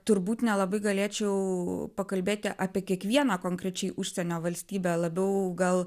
turbūt nelabai galėčiau pakalbėti apie kiekvieną konkrečiai užsienio valstybę labiau gal